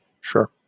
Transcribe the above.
Sure